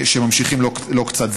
שממשיכות, לא קצת.